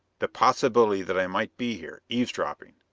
the possibility that i might be here, eavesdropping!